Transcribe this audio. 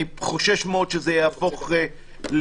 אני חושש מאוד שזה יהפוך לנורמה.